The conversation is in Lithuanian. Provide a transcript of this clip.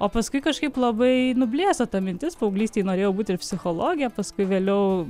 o paskui kažkaip labai nublėso ta mintis paauglystėj norėjau būt ir psichologe paskui vėliau